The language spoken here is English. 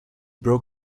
broke